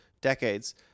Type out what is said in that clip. decades